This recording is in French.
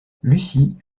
lucie